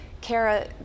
Kara